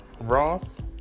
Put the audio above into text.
Ross